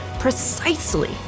precisely